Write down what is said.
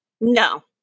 No